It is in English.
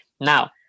now